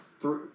three